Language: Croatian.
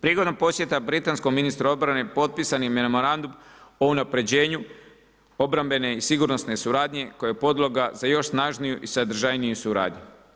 Prigodom posjeta britanskom ministru obrane potpisan je i memorandum o unapređenju obrambene i sigurnosne suradnje koja je podloga za još snažniju i sadržajniju suradnju.